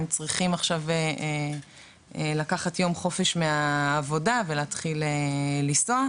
הם צריכים עכשיו לקחת יום חופש מהעבודה ולהתחיל לנסוע.